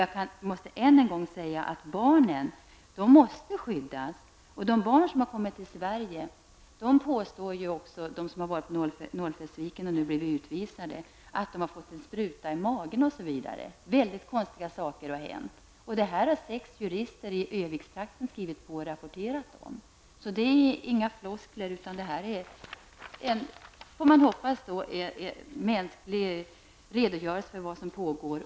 Jag måste än en gång säga att barnen måste skyddas. De barn som har kommit till Sverige och som har varit i Norrfjällsviken och nu blivit utvisade påstår ju också att de har fått sprutor i magen. Väldigt konstiga saker har hänt! Sex jurister i Örnsköldsvikstrakten har skrivit och rapporterat om det. Det här är inga floskler utan, får man hoppas, en mänsklig redogörelse för vad som pågår.